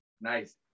Nice